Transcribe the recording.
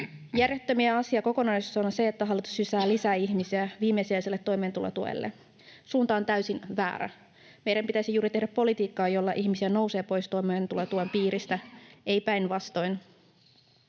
Järjettömintä asiakokonaisuudessa on se, että hallitus sysää lisää ihmisiä viimesijaiselle toimeentulotuelle. Suunta on täysin väärä. Meidän pitäisi tehdä juuri politiikkaa, jolla ihmisiä nousee pois toimeentulotuen piiristä, ei päinvastoin.